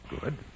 Good